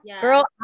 Girl